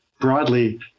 broadly